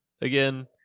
again